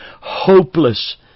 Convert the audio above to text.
hopeless